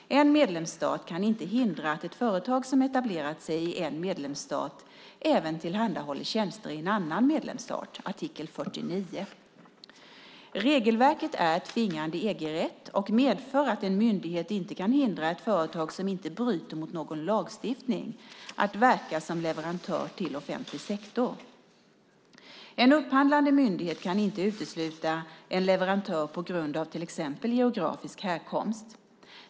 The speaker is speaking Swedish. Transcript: En medlemsstat kan inte hindra att ett företag som etablerat sig i en medlemsstat även tillhandahåller tjänster i en annan medlemsstat. Det står i artikel 49. Regelverket är tvingande EG-rätt och medför att en myndighet inte kan hindra ett företag som inte bryter mot någon lagstiftning att verka som leverantör till offentlig sektor. En upphandlande myndighet kan inte utesluta en leverantör på grund av till exempel geografisk härkomst.